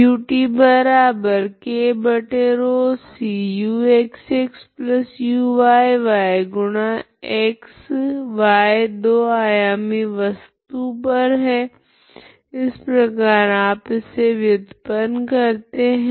y दो आयामी वस्तु पर है इस प्रकार आप इसे व्युत्पन्न करते है